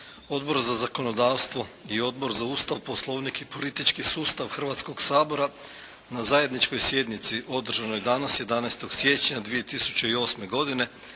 Odbor za zakonodavstvo i Odbor za Ustav, poslovnik i politički sustav Hrvatskoga sabora na zajedničkoj sjednici održanoj danas 11. siječnja 2008. godine